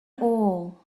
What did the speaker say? all